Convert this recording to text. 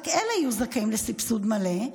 רק אלה יהיו זכאים לסבסוד מלא.